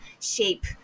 shape